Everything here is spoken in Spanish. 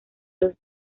los